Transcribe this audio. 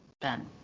Ben